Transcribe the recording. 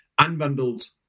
unbundled